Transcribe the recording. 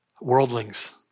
worldlings